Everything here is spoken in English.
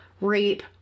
rape